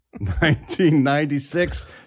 1996